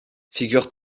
figure